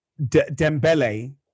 Dembele